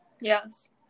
Yes